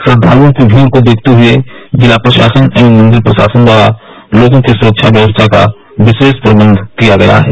श्रद्वाल्यों की भीड़ को देखते हुए जिला प्रशासन एवं मॉदेर प्रशासन द्वारा लोगों की सुरक्षा व्यवस्था का विरोष प्रदंध किया गया है